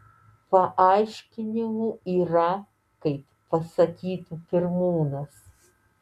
paaiškinimų yra kaip pasakytų pirmūnas